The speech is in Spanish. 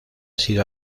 sido